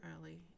early